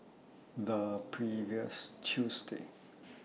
The previous Tuesday